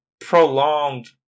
prolonged